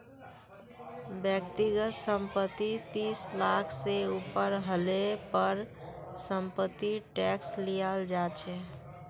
व्यक्तिगत संपत्ति तीस लाख से ऊपर हले पर समपत्तिर टैक्स लियाल जा छे